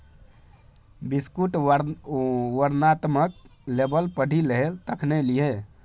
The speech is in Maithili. बिस्कुटक वर्णनात्मक लेबल पढ़ि लिहें तखने लिहें